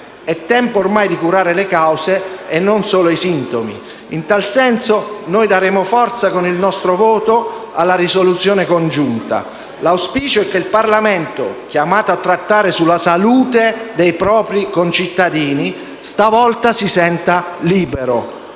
È tempo ormai di curare le cause e non solo i sintomi. In tal senso, noi daremo forza con il nostro voto alla risoluzione congiunta. L'auspicio è che il Parlamento, chiamato a trattare sulla salute dei propri concittadini, stavolta si senta libero.